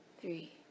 three